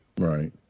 Right